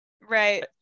right